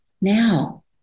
now